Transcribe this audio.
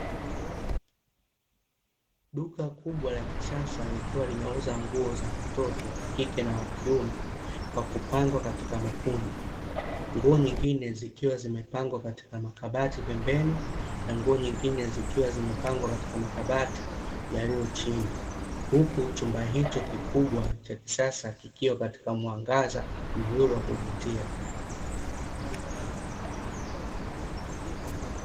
Duka kubwa la kisasa likiwa linauza nguo za watoto wa kike na wakiume kwa kupagwa katika makundi. Nguo nyingine zikiwa zimepangwa katika makabati pembeni, na nguo nyingine zikiwa zimepangwa katika makabati yaliyo chini. Huku chumba hicho kikubwa cha kisasa kikiwa katika mwangaza mzuri wa kuvutia.